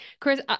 Chris